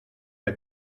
que